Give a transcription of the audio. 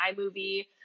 iMovie